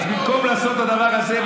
אז במקום לעשות את הדבר הזה,